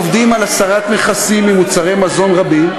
עובדים על הסרת מכסים ממוצרי מזון רבים,